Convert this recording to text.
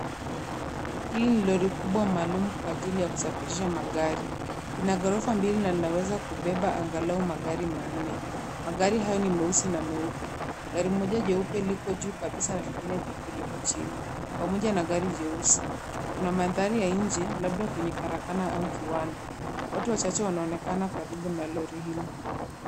Hili ni lori kubwa maalum kwa ajili ya kusafirisha magari, ina ghorofa mbili na inaweza kubeba angalau magari manne. Magari hayo ni meusi na meupe. Gari moja jeupe liko juu kabisa na lingine jeupe liko chini, pamoja na gari jeusi. Kuna mandhari ya nje, labda kwenye karakana au kiwanda. Watu wachache wanaonekana karibu na lori hili.